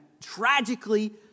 tragically